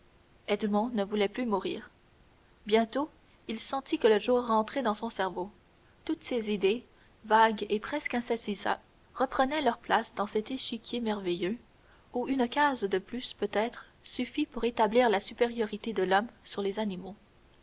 ne voulait plus mourir bientôt il sentit que le jour rentrait dans son cerveau toutes ses idées vagues et presque insaisissables reprenaient leur place dans cet échiquier merveilleux où une case de plus peut-être suffit pour établir la supériorité de l'homme sur les animaux